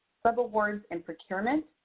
subawards and procurement,